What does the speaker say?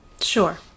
Sure